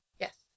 Yes